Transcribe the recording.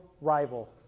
rival